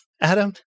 Adam